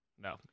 No